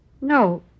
No